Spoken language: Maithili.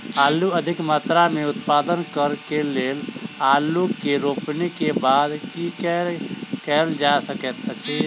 आलु अधिक मात्रा मे उत्पादन करऽ केँ लेल आलु केँ रोपनी केँ बाद की केँ कैल जाय सकैत अछि?